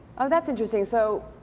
oh that's interesting. so,